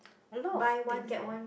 a lot of things eh